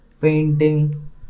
painting